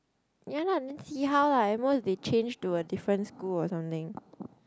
ya lah then see how lah at most they change to a different school or something